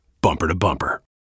bumper-to-bumper